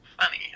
funny